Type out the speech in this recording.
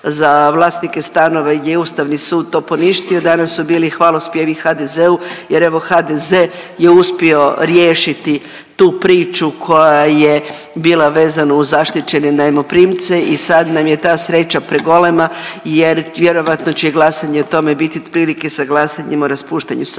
za vlasnike stanova i gdje je Ustavni sud to poništio, danas su bili hvalospjevi HDZ-u jer evo HDZ je uspio riješiti tu priču koja je bila vezana uz zaštićene najmoprimce i sad nam je ta sreća pregolema jer vjerojatno će glasanje o tome biti otprilike sa glasanjem o raspuštanju sabora